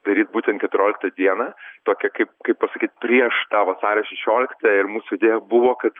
daryt būtent keturioliktą dieną tokią kaip kaip pasakyt prieš tą vasario šešioliktąją ir mūsų idėja buvo kad